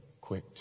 quick